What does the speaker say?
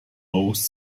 most